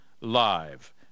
live